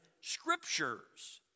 scriptures